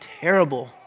terrible